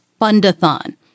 fundathon